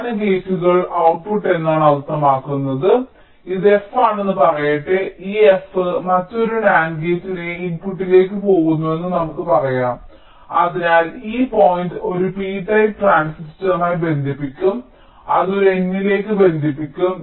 സമാന ഗേറ്റുകൾ meansട്ട്പുട്ട് എന്നാണ് അർത്ഥമാക്കുന്നത് ഇത് f ആണെന്ന് പറയട്ടെ ഈ എഫ് മറ്റൊരു NAND ഗേറ്റിന്റെ ഇൻപുട്ടിലേക്ക് പോകുന്നുവെന്ന് നമുക്ക് പറയാം അതിനാൽ ഈ പോയിന്റ് ഒരു p ടൈപ്പ് ട്രാൻസിസ്റ്ററുമായി ബന്ധിപ്പിക്കും അത് ഒരു n ലേക്ക് ബന്ധിപ്പിക്കും